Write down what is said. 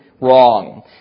wrong